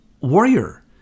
warrior